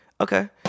Okay